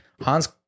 Hans